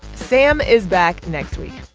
sam is back next week.